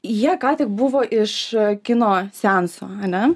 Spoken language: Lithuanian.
jie ką tik buvo iš kino seanso ane